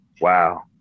wow